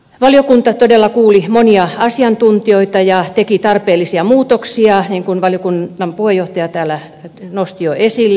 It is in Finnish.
valiokunta todella kuuli monia asiantuntijoita ja teki tarpeellisia muutoksia niin kuin valiokunnan puheenjohtaja täällä nosti jo esille